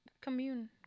commune